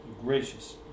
gracious